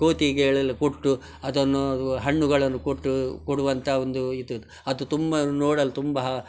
ಕೋತಿಗಳೆಲ್ಲ ಕೊಟ್ಟು ಅದನ್ನು ಹಣ್ಣುಗಳನ್ನು ಕೊಟ್ಟು ಕೊಡುವಂಥ ಒಂದು ಇದು ಅದು ತುಂಬ ನೋಡಲು ತುಂಬ